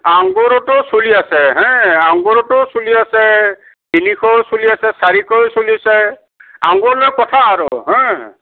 আঙুৰটো চলি আছে হে আঙুৰটো চলি আছে তিনিশও চলি আছে চাৰিশও চলিছে আঙুৰ লৈ কথা আৰু হা